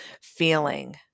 feeling